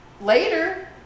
later